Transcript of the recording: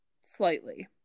slightly